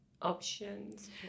Options